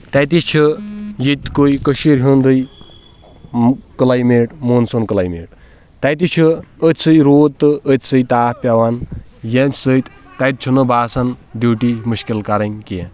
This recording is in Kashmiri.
تتہِ چھ ییٚتۍکُے کٔشیٖر ہُنٛدے کلیمیٹ مون سون کلیمیٹ تتہِ چھ أتۍ سٕے روٗد تہٕ أتۍ سٕے تاپھ پٮ۪وان ییٚمہِ سۭتۍ تتہِ چھُنہٕ باسان ڈیٚوٹی مشکل کرٕنۍ کینٛہہ